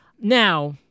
Now